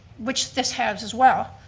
which this has as well,